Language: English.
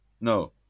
No